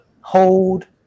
hold